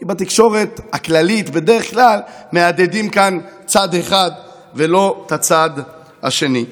כי בתקשורת הכללית בדרך כלל מהדהדים כאן צד אחד ולא את הצד השני.